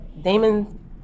Damon